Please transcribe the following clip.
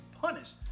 punished